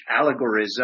allegorism